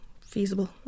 feasible